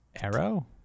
Arrow